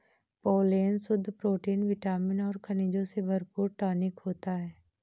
pollen शुद्ध protein vitamin और खनिजों से भरपूर टॉनिक होता है